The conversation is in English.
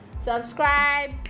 subscribe